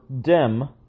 dim